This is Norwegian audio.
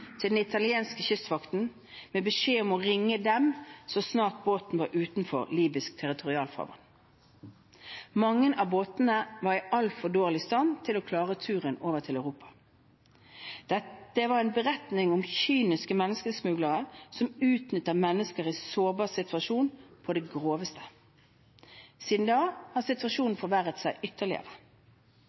til den italienske kystvakten, med beskjed om å ringe dem så snart båten var utenfor libysk territorialfarvann. Mange av båtene var i altfor dårlig stand til å klare turen over til Europa. Det var en beretning om kyniske menneskesmuglere som utnytter mennesker i en sårbar situasjon på det groveste. Siden da har situasjonen forverret seg ytterligere.